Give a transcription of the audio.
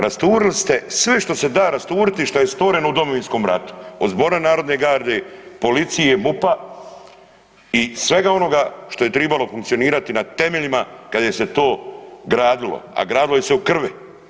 Rasturili ste sve što se da rasturiti i što je stvoreno u Domovinskom ratu, od Zbora narodne garde, policije, MUP-a i svega onoga što je tribalo funkcionirati na temeljima kad se je to gradilo, a gradilo je se u krvi.